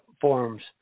forms